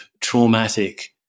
traumatic